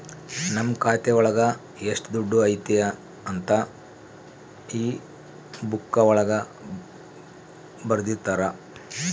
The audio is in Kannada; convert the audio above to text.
ನಮ್ ಖಾತೆ ಒಳಗ ಎಷ್ಟ್ ದುಡ್ಡು ಐತಿ ಅಂತ ಈ ಬುಕ್ಕಾ ಒಳಗ ಬರ್ದಿರ್ತರ